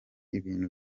ibintu